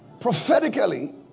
prophetically